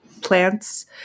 plants